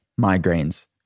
migraines